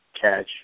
catch